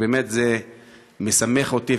וזה באמת משמח אותי,